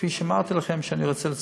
כפי שאמרתי לכם שאני רוצה לעשות,